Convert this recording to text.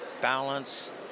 balance